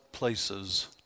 places